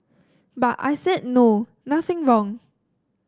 but I said no nothing wrong